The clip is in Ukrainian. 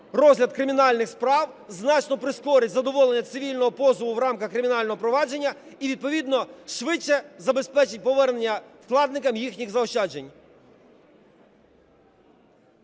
розгляд кримінальних справ, значно прискорить задоволення цивільного позову в рамках кримінального провадження і відповідно швидше забезпечить повернення вкладникам їхніх заощаджень.